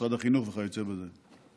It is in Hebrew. משרד החינוך וכיוצא בזה.